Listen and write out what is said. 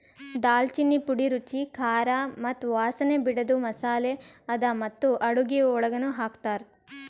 ದಾಲ್ಚಿನ್ನಿ ಪುಡಿ ರುಚಿ, ಖಾರ ಮತ್ತ ವಾಸನೆ ಬಿಡದು ಮಸಾಲೆ ಅದಾ ಮತ್ತ ಅಡುಗಿ ಒಳಗನು ಹಾಕ್ತಾರ್